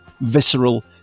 visceral